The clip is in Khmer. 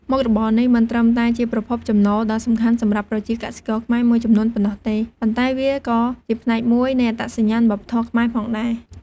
មុខរបរនេះមិនត្រឹមតែជាប្រភពចំណូលដ៏សំខាន់សម្រាប់ប្រជាកសិករខ្មែរមួយចំនួនប៉ុណ្ណោះទេ ប៉ុន្តែវាក៏ជាផ្នែកមួយនៃអត្តសញ្ញាណវប្បធម៌ខ្មែរផងដែរ។